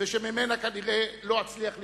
וממנה כנראה לא אצליח להיפרד,